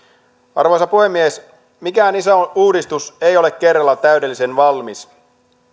arvoisa puhemies mikään iso uudistus ei ole kerralla täydellisen valmis